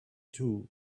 two